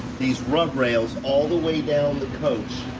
these rub rails all the way down the coach.